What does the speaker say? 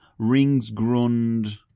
ringsgrund